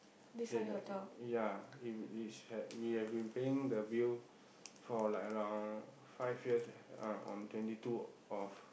they don't~ ya it is we have been paying the bill for like around five years ah on twenty two of